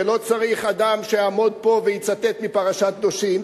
ולא צריך אדם שיעמוד פה ויצטט מפרשת קדושים,